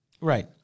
Right